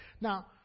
Now